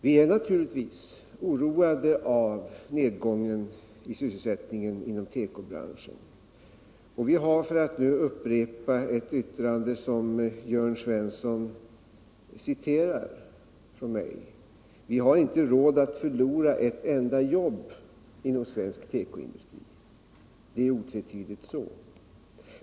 Vi är naturligtvis oroade av nedgången i sysselsättningen inom tekobranschen, och vi har — för att nu upprepa ett yttrande av mig som Jörn Svensson citerade — inte råd att förlora ett enda jobb inom svensk tekoindustri. Det är otvetydigt så.